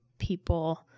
people